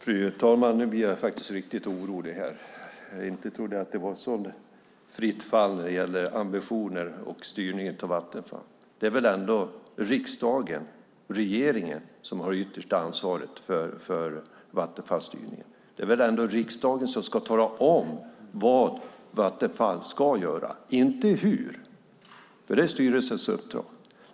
Fru talman! Nu blir jag faktiskt riktigt orolig. Inte trodde jag att det var ett så fritt fall när det gäller ambitioner och styrning av Vattenfall. Det är väl ändå riksdagen och regeringen som har det yttersta ansvaret för Vattenfalls styrning. Det är väl ändå riksdagen som ska tala om vad Vattenfall ska göra, inte hur, för det är styrelsens uppdrag.